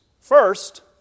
First